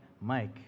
Mike